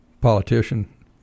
politician